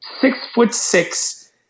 six-foot-six